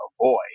avoid